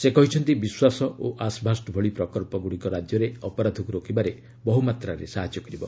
ସେ କହିଛନ୍ତି ବିଶ୍ୱାସ ଓ ଆଶ୍ଭାଷ୍ଟ ଭଳି ପ୍ରକ୍ସଗୁଡ଼ିକ ରାଜ୍ୟରେ ଅପରାଧକୁ ରୋକିବାରେ ବହୁମାତ୍ରାରେ ସାହାଯ୍ୟ କରିବ